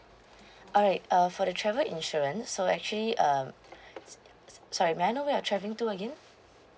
alright uh for the travel insurance so actually um sorry may I know where you're travelling to again